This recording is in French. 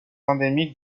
endémique